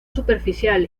superficial